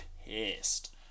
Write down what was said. pissed